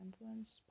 influence